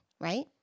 right